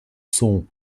sont